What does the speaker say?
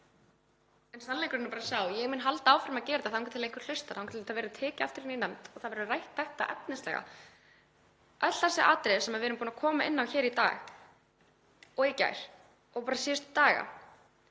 En sannleikurinn er sá að ég mun halda áfram að gera það þangað til einhver hlustar, þangað til þetta verður tekið aftur inn í nefnd og rætt efnislega, öll þessi atriði sem við erum búin að koma inn á hér í dag og í gær og síðustu daga.